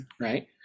Right